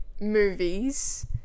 movies